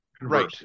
right